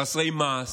חסרי מעש,